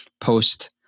post